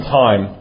time